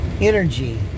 energy